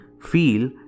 feel